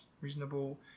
Reasonable